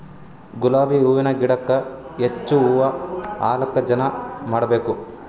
ಗುಲಾಬಿ ಹೂವಿನ ಗಿಡಕ್ಕ ಹೆಚ್ಚ ಹೂವಾ ಆಲಕ ಏನ ಮಾಡಬೇಕು?